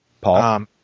Paul